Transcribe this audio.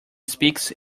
speaks